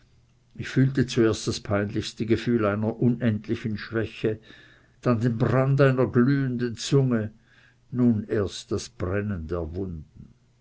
ich fühlte zuerst das peinlichste gefühl einer unendlichen schwäche dann den brand einer glühenden zunge nun erst das brennen der wunden